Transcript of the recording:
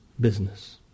business